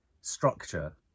structure